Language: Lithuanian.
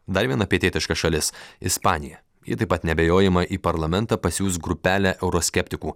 dar viena pietietiška šalis ispanija ji taip pat neabejojama į parlamentą pasiųs grupelę euroskeptikų